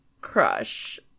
crush